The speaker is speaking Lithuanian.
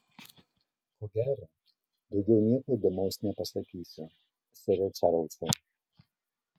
ko gero daugiau nieko įdomaus nepasakysiu sere čarlzai